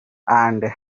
and